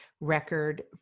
record